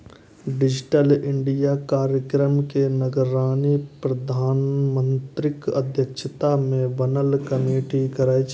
digital India कार्यक्रम के निगरानी प्रधानमंत्रीक अध्यक्षता मे बनल कमेटी करै छै